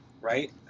right